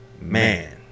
man